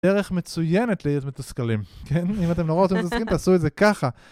דרך מצוינת להיות מתוסכלים, כן? אם אתם נורא רוצים להיות מתוסכלים, תעשו את זה ככה.